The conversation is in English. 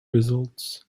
results